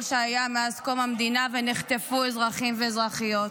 שהיה מאז קום המדינה ונחטפו אזרחים ואזרחיות.